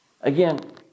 Again